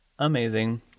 Amazing